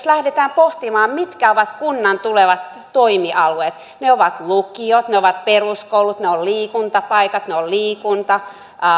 lähdetään pohtimaan mitkä ovat kunnan tulevat toimialueet ne ovat lukiot ne ovat peruskoulut ne ovat liikuntapaikat ne ovat liikunta